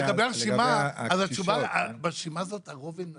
לגבי הרשימה, ברשימה הזאת הרוב הן נשים.